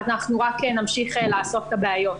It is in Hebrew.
אז אנחנו רק נמשיך לאסוף את הבעיות.